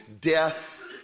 death